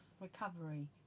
recovery